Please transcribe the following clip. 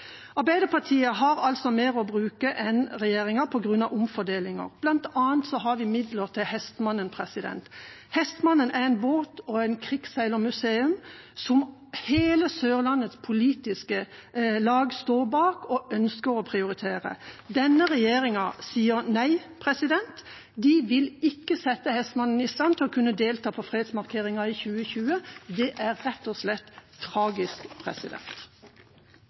Arbeiderpartiet har altså mer å bruke enn regjeringa på grunn av omfordelinger. Blant annet har vi midler til «Hestmanden». «Hestmanden» er en båt og et krigsseilermuseum som hele Sørlandets politiske lag står bak og ønsker å prioritere. Denne regjeringa sier nei. Den vil ikke sette «Hestmanden» i stand til å kunne delta på fredsmarkeringen i 2020. Det er rett og slett tragisk.